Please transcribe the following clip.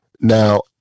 now